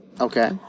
Okay